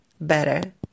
better